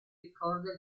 ricorda